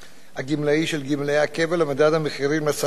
הגמלה של גמלאי הקבע למדד הנתונים לצרכן,